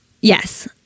Yes